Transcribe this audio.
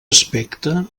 aspecte